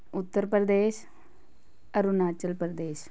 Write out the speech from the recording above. Uttar Pradesh Arunachal Pradesh